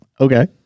Okay